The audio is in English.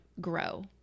grow